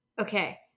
Okay